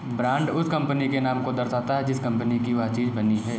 brand उस company के नाम को दर्शाता है जिस कंपनी की वह चीज बनी है